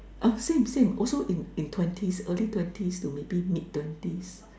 uh same same also in in twenties early twenties to maybe mid twenties